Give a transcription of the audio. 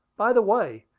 by the way,